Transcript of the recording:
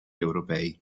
europei